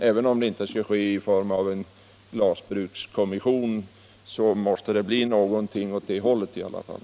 Även om det inte skall ske i form av en glasbrukskommission, måste det bli någonting åt det hållet i alla fall.